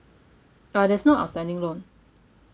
uh there's no outstanding loan